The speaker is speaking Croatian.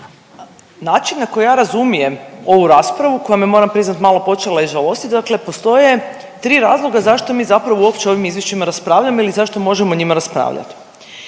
način na koji ja razumijem ovu raspravu koja me moram priznati malo počela i žalosti, dakle postoje tri razloga zašto mi zapravo uopće o ovim izvješćima raspravljamo ili zašto možemo o njima raspravljat.